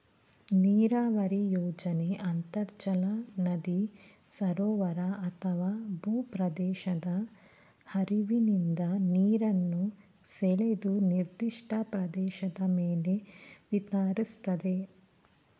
ನೀರಾವರಿ ಯೋಜನೆ ಅಂತರ್ಜಲ ನದಿ ಸರೋವರ ಅಥವಾ ಭೂಪ್ರದೇಶದ ಹರಿವಿನಿಂದ ನೀರನ್ನು ಸೆಳೆದು ನಿರ್ದಿಷ್ಟ ಪ್ರದೇಶದ ಮೇಲೆ ವಿತರಿಸ್ತದೆ